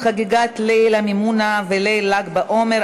חגיגות ליל המימונה וליל ל"ג בעומר),